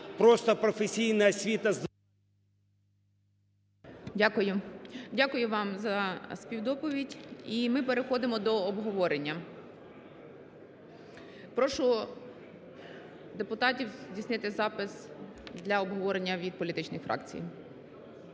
Дякую. Дякую вам за співдоповідь. І ми переходимо до обговорення. Прошу депутатів здійснити запис для обговорення від політичних фракцій.